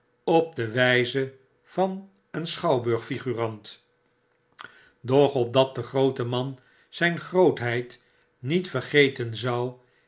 op de wjjze van een schouwburg figurant doch opdat de groote man zjn grootheid niet vergeten zou